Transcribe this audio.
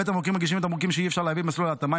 תמרוקים רגישים ותמרוקים שאי-אפשר להביא במסלול ההתאמה,